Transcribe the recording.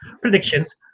predictions